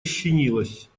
ощенилась